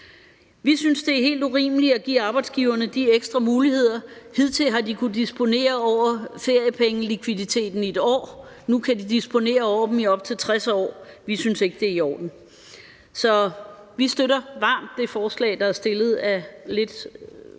Vi synes, det er helt urimeligt, at give arbejdsgiverne de ekstra muligheder. Hidtil har de kunnet disponere over feriepengelikviditeten i 1 år. Nu kan de disponere over dem i op til 60 år. Vi synes ikke, det er i orden. Så vi støtter varmt det forslag, der er fremsat af næsten